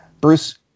bruce